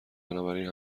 بنابراین